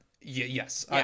yes